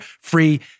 free